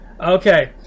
Okay